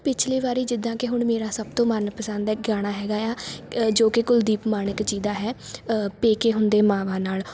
ਪਿਛਲੀ ਵਾਰੀ ਜਿੱਦਾਂ ਕਿ ਹੁਣ ਮੇਰਾ ਸਭ ਤੋਂ ਮਨ ਪਸੰਦ ਅ ਗਾਣਾ ਹੈਗਾ ਆ ਜੋ ਕਿ ਕੁਲਦੀਪ ਮਾਣਕ ਜੀ ਦਾ ਹੈ ਪੇਕੇ ਹੁੰਦੇ ਮਾਵਾਂ ਨਾਲ